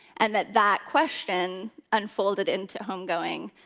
and that that question unfolded into homegoing.